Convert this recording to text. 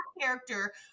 character